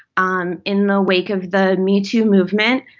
um in the wake of the metoo movement,